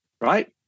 right